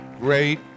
great